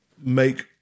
make